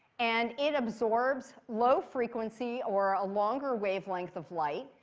and it absorbs low frequency, or a longer wavelength of light.